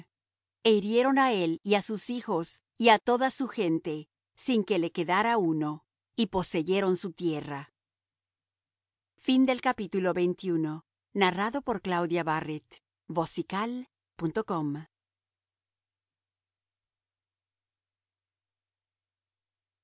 e hirieron á él y á sus hijos y á toda su gente sin que le quedara uno y poseyeron su tierra y